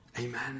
Amen